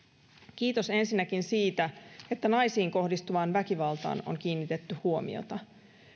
kiitos ensinnäkin siitä että naisiin kohdistuvaan väkivaltaan on kiinnitetty huomiota